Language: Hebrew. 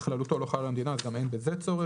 בכללותו לא חל על המדינה אז גם אין בזה צורך.